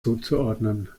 zuzuordnen